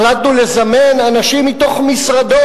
החלטנו לזמן אנשים מתוך משרדו,